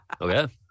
Okay